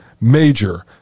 major